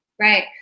Right